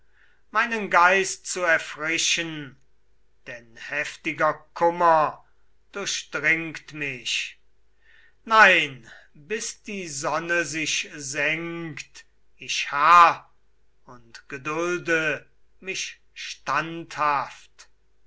meinen geist zu erfrischen denn heftiger kummer durchdringt mich nein bis die sonne sich senkt ich harr und gedulde mich standhaft